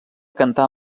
cantar